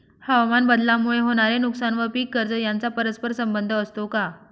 हवामानबदलामुळे होणारे नुकसान व पीक कर्ज यांचा परस्पर संबंध असतो का?